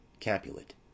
Capulet